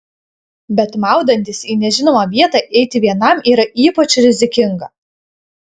bet maudantis į nežinomą vietą eiti vienam yra ypač rizikinga